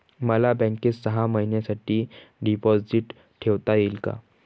मला बँकेत सहा महिन्यांसाठी डिपॉझिट ठेवता येईल का?